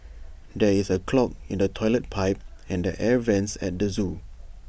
there is A clog in the Toilet Pipe and the air Vents at the Zoo